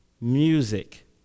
music